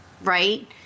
Right